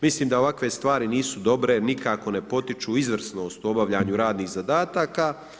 Mislim da ovakve stvari nisu dobro, nikako ne potiču izvrsnost u obavljanju radnih zadataka.